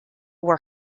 were